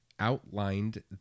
outlined